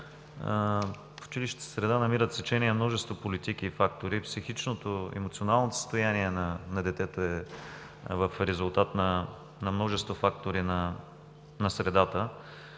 В училищната среда намират сечение множество политики и фактори. Психичното, емоционалното състояние на детето е в резултат на множество фактори на средата.